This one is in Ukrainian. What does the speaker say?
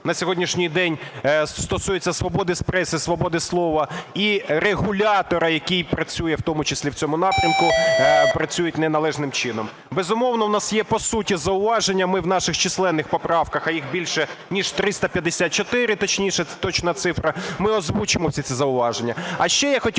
на сьогоднішній день стосуються свободи преси, свободи слова і регулятора, який працює в тому числі в цьому напрямку, працюють неналежним чином. Безумовно, у нас є по суті зауваження, ми в наших численних поправках, а їх більше ніж 354, точніше це точна цифра, ми озвучимо всі ці зауваження.